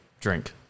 drink